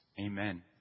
amen